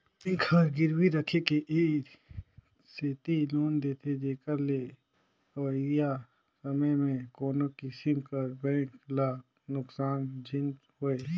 bank हर गिरवी राखके ए सेती लोन देथे जेकर ले अवइया समे में कोनो किसिम कर बेंक ल नोसकान झिन होए